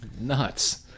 nuts